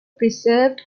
preserved